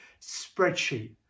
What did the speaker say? spreadsheet